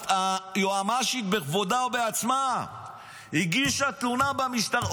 היועמ"שית בכבודה ובעצמה הגישה תלונה במשטרה.